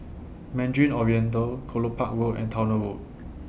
Mandarin Oriental Kelopak Road and Towner Road